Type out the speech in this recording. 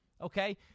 okay